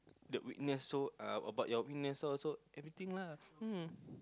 the weakness so uh about your weakness everything lah mm